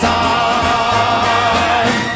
time